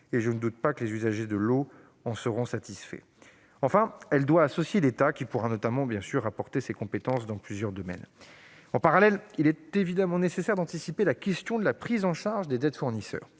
Et je ne doute pas que les usagers de l'eau en seront satisfaits. La préfiguration doit enfin associer l'État, qui pourra notamment mettre en oeuvre ses compétences dans plusieurs domaines. En parallèle, il est évidemment nécessaire d'anticiper la question de la prise en charge des dettes auprès des